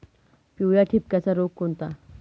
पिवळ्या ठिपक्याचा रोग कोणता?